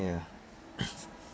ya